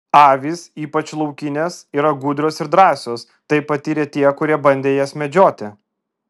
avys ypač laukinės yra gudrios ir drąsios tai patyrė tie kurie bandė jas medžioti